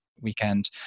weekend